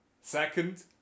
Second